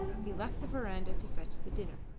he left the verandah to fetch the dinner.